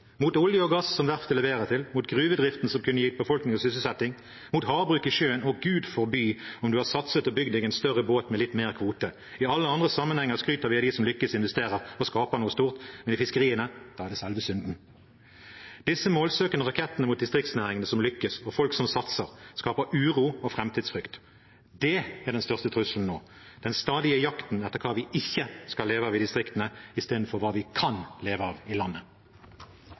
mot olje og gass, som verftet leverer til, mot gruvedriften, som kunne gitt befolkning og sysselsetting, mot havbruk i sjøen og – Gud forby! – om du har satset og bygget deg en større båt med litt mer kvote. I alle andre sammenhenger skryter vi av dem som lykkes, investerer og skaper noe stort, men i fiskeriene er det selve synden. Disse målsøkende rakettene mot distriktsnæringene som lykkes, og mot folk som satser, skaper uro og framtidsfrykt. Det er den største trusselen nå – den stadige jakten etter hva vi ikke skal leve av i distriktene, i stedet for hva vi kan leve av i landet.